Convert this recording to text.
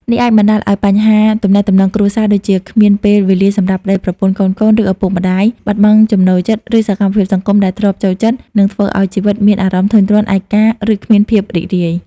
នេះអាចបណ្តាលឱ្យមានបញ្ហាទំនាក់ទំនងក្នុងគ្រួសារ ដូចជា គ្មានពេលវេលាសម្រាប់ប្តី/ប្រពន្ធ កូនៗ ឬឪពុកម្តាយ បាត់បង់ចំណូលចិត្ត ឬសកម្មភាពសង្គមដែលធ្លាប់ចូលចិត្ត និងធ្វើឱ្យជីវិតមានអារម្មណ៍ធុញទ្រាន់ ឯកា ឬគ្មានភាពរីករាយ។